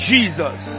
Jesus